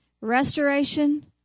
restoration